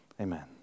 amen